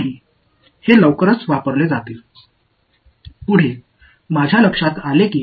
எனவே இவை மிக விரைவில் பயன்படுத்தப்படும் என்று நான் அர்த்தப்படுத்தவில்லை